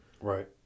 right